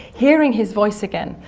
hearing his voice again.